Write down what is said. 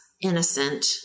innocent